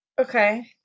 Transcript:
Okay